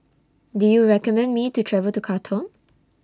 Do YOU recommend Me to travel to Khartoum